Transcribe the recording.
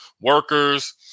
workers